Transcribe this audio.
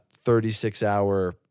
36-hour